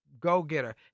go-getter